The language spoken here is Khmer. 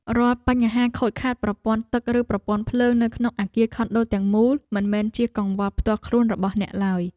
រាល់បញ្ហាខូចខាតប្រព័ន្ធទឹកឬប្រព័ន្ធភ្លើងនៅក្នុងអគារខុនដូទាំងមូលមិនមែនជាកង្វល់ផ្ទាល់ខ្លួនរបស់អ្នកឡើយ។